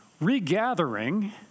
regathering